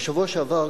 בשבוע שעבר,